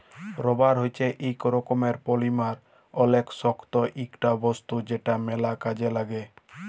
rubber হচ্যে ইক রকমের পলিমার অলেক শক্ত ইকটা বস্তু যেটা ম্যাল কাজে লাগ্যে